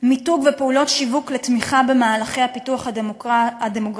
מיתוג ופעולות שיווק לתמיכה במהלכי הפיתוח הדמוגרפי,